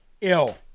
ill